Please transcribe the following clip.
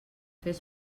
fes